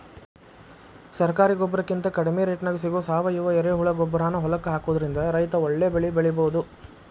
ಸರಕಾರಿ ಗೊಬ್ಬರಕಿಂತ ಕಡಿಮಿ ರೇಟ್ನ್ಯಾಗ್ ಸಿಗೋ ಸಾವಯುವ ಎರೆಹುಳಗೊಬ್ಬರಾನ ಹೊಲಕ್ಕ ಹಾಕೋದ್ರಿಂದ ರೈತ ಒಳ್ಳೆ ಬೆಳಿ ಬೆಳಿಬೊದು